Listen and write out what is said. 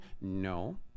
No